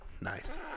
nice